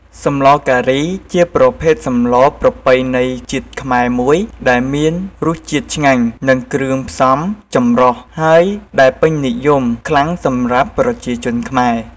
សម្លរការីជាប្រភេទសម្លរប្រពៃណីជាតិខ្មែរមួយ ដែលមានរសជាតិឆ្ងាញ់ និងគ្រឿងផ្សំចម្រុះ ហើយដែលពេញនិយមខ្លាំងសម្រាប់ប្រជាជនខ្មែរ។